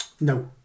No